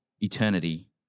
eternity